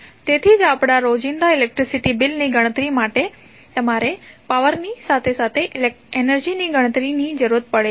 તેથી જ આપણા રોજિંદા ઇલેક્ટ્રિસીટી બિલની ગણતરી માટે તમારે પાવર ની સાથે સાથે એનર્જીની ગણતરીની જરૂર પડે છે